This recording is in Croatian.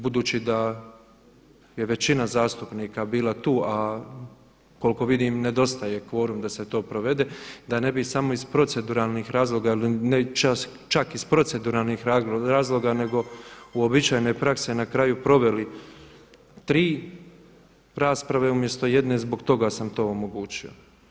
Budući da je većina zastupnika bila tu a koliko vidim nedostaje kvorum da se to provede, da ne bi samo iz proceduralnih razloga, ne čak iz proceduralnih razloga nego uobičajene prakse na kraju proveli tri rasprave umjesto jedne zbog toga sam to omogućio.